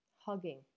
hugging